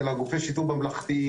אלא גופי שיטור ממלכתיים,